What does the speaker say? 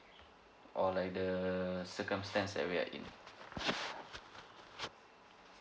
or like the circumstance that we are in